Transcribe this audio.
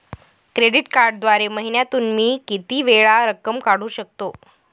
Credit कार्डद्वारे महिन्यातून मी किती वेळा रक्कम काढू शकतो?